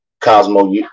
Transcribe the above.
Cosmo